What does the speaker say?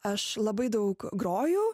aš labai daug grojau